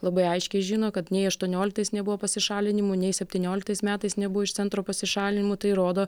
labai aiškiai žino kad nei aštuonioliktais nebuvo pasišalinimų nei septynioliktais metais nebuvo iš centro pasišalinimų tai rodo